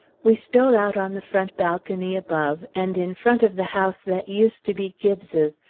we stole out on the front balcony above, and in front of the house that used to be gibbes's,